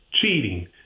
cheating